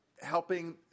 Helping